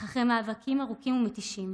אחרי מאבקים ארוכים ומתישים.